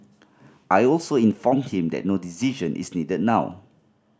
I also informed him that no decision is needed now